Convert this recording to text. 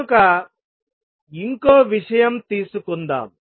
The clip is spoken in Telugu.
కనుక ఇంకో విషయం తీసుకుందాం